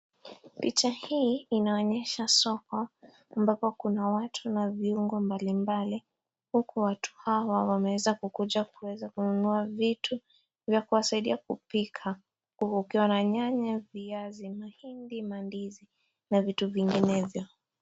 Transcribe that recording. Picha hii inaonyesha soko ambapo kuna watu na viungo mbalimbali , huku watu hawa wameweza kukuja, kuweza kununua vitu vya kuwasaidia kupika. Kukiwa na nyanya , viazi, mahindi mandizi na vitu vinginevyo.